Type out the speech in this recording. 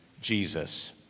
Jesus